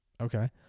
Okay